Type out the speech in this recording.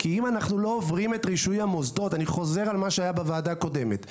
אני חוזר על מה שהיה בוועדה הקודמת: